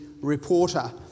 reporter